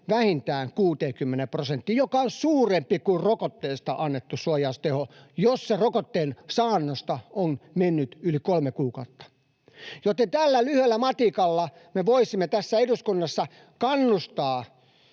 vähintään noin 60 prosenttiin, joka on suurempi kuin rokotteesta annettu suojausteho, jos sen rokotteen saannosta on mennyt yli kolme kuukautta. Tällä lyhyellä matikalla me voisimme eduskunnassa kannustaa